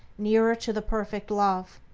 nearer to the perfect love.